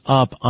up